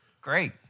Great